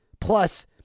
Plus